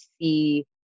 see